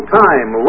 time